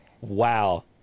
wow